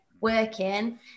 working